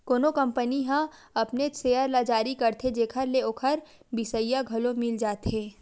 कोनो कंपनी ह अपनेच सेयर ल जारी करथे जेखर ले ओखर बिसइया घलो मिल जाथे